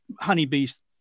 honeybees